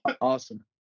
Awesome